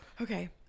okay